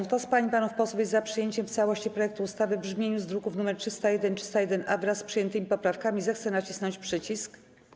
Kto z pań i panów posłów jest za przyjęciem w całości projektu ustawy w brzmieniu z druków nr 301 i 301-A, wraz z przyjętymi poprawkami, zechce nacisnąć przycisk.